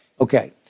Okay